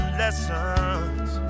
lessons